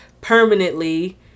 permanently